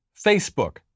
Facebook